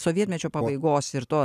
sovietmečio pabaigos ir to